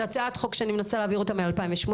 הצעת חוק שאני מנסה להעביר אותה מ- 2018,